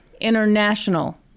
International